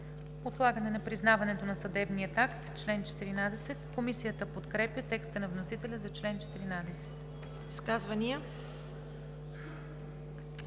„Отлагане на признаването на съдебния акт“ – чл. 14. Комисията подкрепя текста на вносителя за чл. 14.